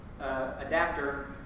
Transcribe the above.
adapter